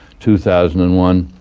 two thousand and one.